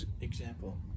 example